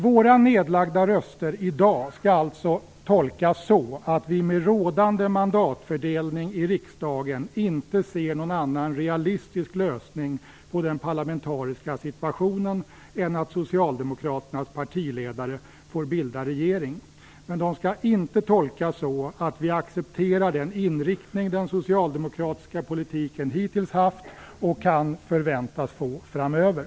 Våra nedlagda röster i dag skall alltså tolkas så att vi med rådande mandatfördelning i riksdagen inte ser någon annan realistisk lösning på den parlamentariska situationen än att Socialdemokraternas partiledare får bilda regering. Men de skall inte tolkas så att vi accepterar den inriktning den socialdemokratiska politiken hittills haft och kan förväntas få framöver.